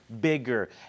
bigger